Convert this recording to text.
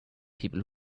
people